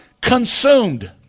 consumed